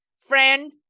friend